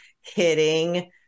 hitting